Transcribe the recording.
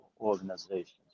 organizations